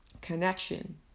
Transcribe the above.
connection